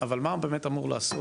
אבל מה באמת אמור לעשות,